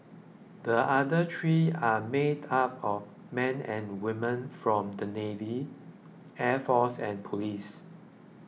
the other three are made up of men and women from the navy air force and police